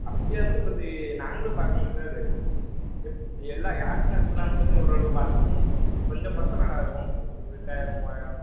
அப்படியா இருந்தாலும் கொஞ்சம் நாங்களும் பார்க்கணுல்ல சார் எல்லா யாருக்கும் நஷ்டம் இல்லாமல் தானே ஓரளவுக்கு பார்த்துக்கணும் கொஞ்சம் கொறைச்சா நல்லாயிருக்கும் ஒரு ரெண்டாயிரம் மூவாயிரம்